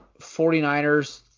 49ers